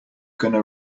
gonna